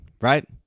Right